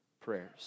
prayers